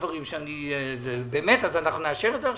אז נאשר את זה ככה?